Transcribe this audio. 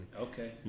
okay